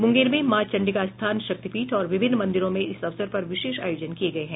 मुंगेर में माँ चंडीकास्थान शक्तिपीठ और विभिन्न मंदिरों में इस अवसर पर विशेष आयोजन किये गये हैं